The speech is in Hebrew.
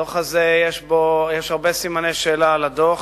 יש הרבה סימני שאלה על הדוח.